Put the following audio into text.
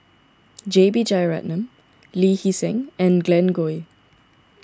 J B Jeyaretnam Lee Hee Seng and Glen Goei